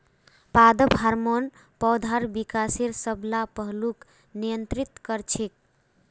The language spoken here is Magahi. पादप हार्मोन पौधार विकासेर सब ला पहलूक नियंत्रित कर छेक